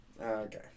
okay